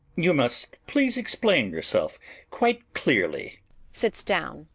you must please explain yourself quite clearly sits down.